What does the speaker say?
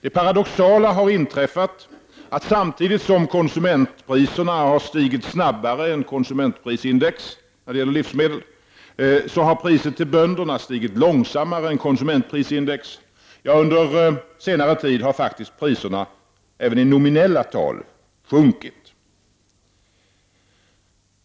Det paradoxala har inträffat att samtidigt som konsumentpriserna när det gäller livsmedel har stigit snabbare än konsumentprisindex, så har böndernas del av priset stigit långsammare än konsumentprisindex, ja under senare tid har faktiskt priserna, även i nominella tal, sjunkit.